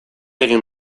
egin